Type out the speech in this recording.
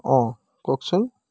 অঁ কওকচোন